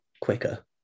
quicker